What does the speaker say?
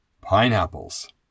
pineapples